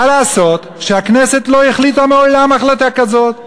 מה לעשות שהכנסת לא החליטה מעולם החלטה כזו?